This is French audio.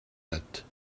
dates